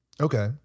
Okay